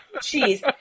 cheese